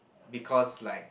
because like